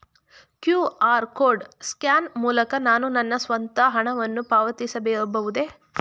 QR code scan ಮೂಲಕ ನಾನು ನನ್ನ ಸ್ವಂತ ಹಣವನ್ನು ಪಾವತಿಸಬಹುದೇ?